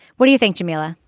what do you think jamila